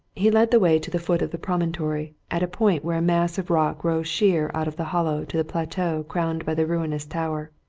he led the way to the foot of the promontory, at a point where a mass of rock rose sheer out of the hollow to the plateau crowned by the ruinous tower.